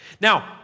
Now